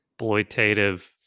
exploitative